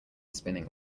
spinning